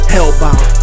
Hellbound